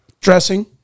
dressing